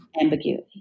ambiguity